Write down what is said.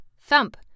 thump